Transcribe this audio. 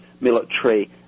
military